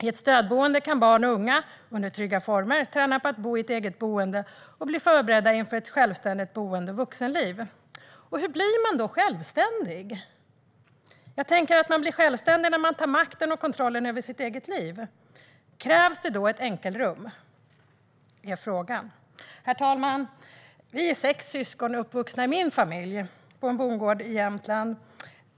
I ett stödboende kan barn och unga under trygga former träna på att bo i ett eget boende och bli förberedda inför ett självständigt boende och vuxenliv. Hur blir man då självständig? Jag tänker att man blir självständig när man tar makten och kontrollen över sitt eget liv. Krävs det då ett enkelrum? Det är frågan. Herr talman! Vi är sex syskon i min familj, uppvuxna tillsammans på en bondgård i Jämtland.